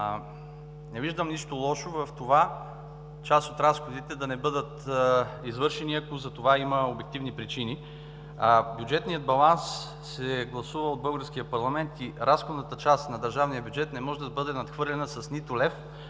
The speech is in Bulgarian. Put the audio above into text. Не виждам нищо лошо в това част от разходите да не бъдат извършени, ако затова има обективни причини. Бюджетният баланс се гласува от българския парламент и разходната част на държавния бюджет не може да бъде надхвърлена нито с лев